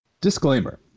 Disclaimer